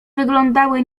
wyglądały